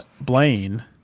Blaine